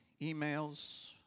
emails